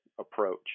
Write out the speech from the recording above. approach